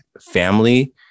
family